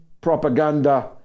propaganda